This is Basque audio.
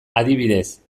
adibidez